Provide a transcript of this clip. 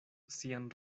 sian